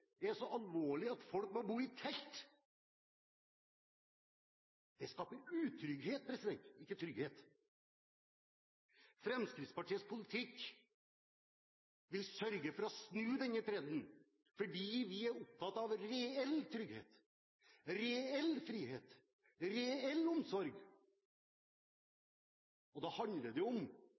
er så alvorlig at folk må bo i telt. Det skaper utrygghet, ikke trygghet. Fremskrittspartiets politikk vil sørge for å snu denne trenden fordi vi er opptatt av reell trygghet, reell frihet og reell omsorg. Det handler om